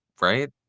right